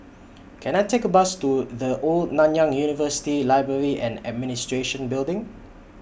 Can I Take A Bus to The Old Nanyang University Library and Administration Building